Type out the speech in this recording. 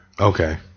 Okay